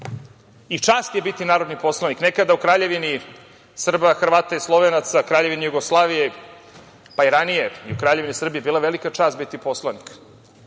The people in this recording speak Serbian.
je biti narodni poslanik. Nekada je u Kraljevini Srba, Hrvata i Slovenaca, Kraljevini Jugoslaviji, pa i ranije, Kraljevini Srbije, bila velika čast biti poslanik.